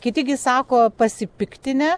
kiti gi sako pasipiktinę